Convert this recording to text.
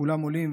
כולם עולים,